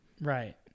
Right